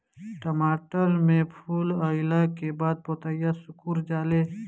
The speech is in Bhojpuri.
टमाटर में फूल अईला के बाद पतईया सुकुर जाले?